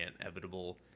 inevitable